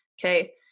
okay